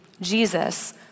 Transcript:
Jesus